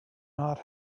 not